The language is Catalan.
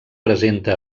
presenta